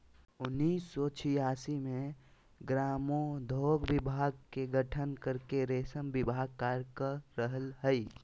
उन्नीस सो छिआसी मे ग्रामोद्योग विभाग के गठन करके रेशम विभाग कार्य कर रहल हई